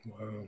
wow